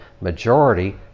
majority